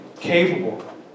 capable